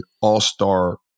All-Star